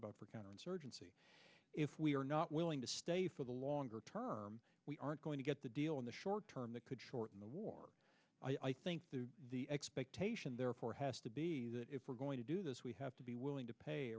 about for counterinsurgency if we are not willing to stay for the longer term we aren't going to get the deal in the short term that could shorten the war i think the expectation therefore has to be that if we're going to do this we have to be willing to pay